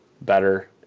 better